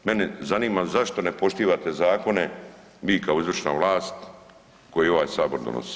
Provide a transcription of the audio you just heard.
Mene zanima zašto ne poštivate zakone vi kao izvršna vlast koje ovaj sabor donosi.